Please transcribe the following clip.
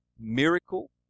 miracle